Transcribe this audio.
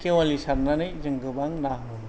खेवालि सारनानै जों गोबां ना हमो